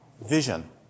vision